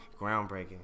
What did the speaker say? groundbreaking